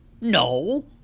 No